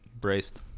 Braced